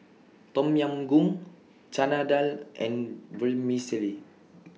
Tom Yam Goong Chana Dal and Vermicelli